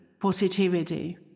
positivity